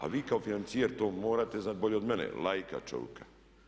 A vi kao financijer to morate znati bolje od mene, laika čovjeka.